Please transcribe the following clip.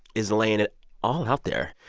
is laying it all out there.